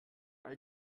all